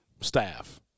staff